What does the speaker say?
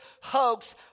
hoax